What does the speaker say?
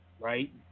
right